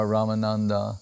Ramananda